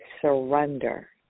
surrender